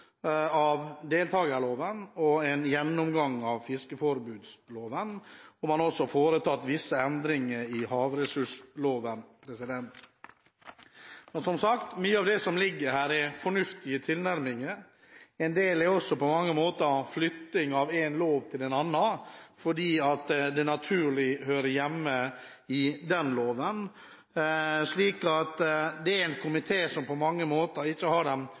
av deltakerloven og en gjennomgang av fiskeriforbudsloven, og man har også foretatt visse endringer i havressursloven. Som sagt: Mye av det som ligger her, er fornuftige tilnærminger. En del er også på mange måter flytting fra en lov til en annen fordi det naturlig hører hjemme i den loven, slik at komiteen på de fleste områder ikke har de store debattene. Det gjelder bl.a. det som